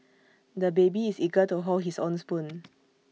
the baby is eager to hold his own spoon